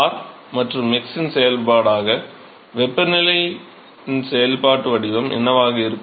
r மற்றும் x இன் செயல்பாடாக வெப்பநிலையின் செயல்பாட்டு வடிவம் என்னவாக இருக்கும்